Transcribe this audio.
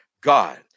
God